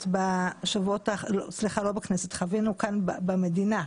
בשבועות האחרונים אנחנו חווינו כאן במדינה,